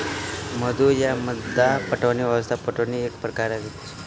मद्दु वा मद्दा पटौनी व्यवस्था पटौनीक एक प्रकार अछि